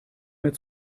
mehr